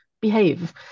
Behave